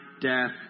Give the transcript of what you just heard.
death